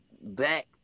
back